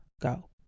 go